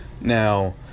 Now